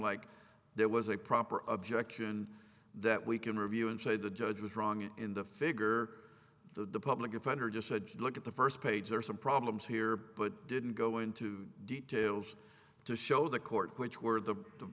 like there was a proper objection that we can review and say the judge was wrong in the figure the public defender just said look at the first page there are some problems here but didn't go into details to show the court which were the